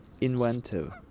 inventive